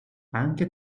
anche